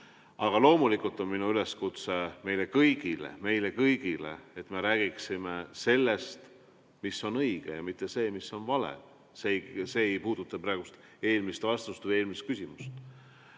Aga loomulikult on minu üleskutse meile kõigile – meile kõigile –, et me räägiksime sellest, mis on õige, ja mitte seda, mis on vale. See ei puuduta praegu eelmist vastust või eelmist küsimust.